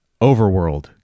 Overworld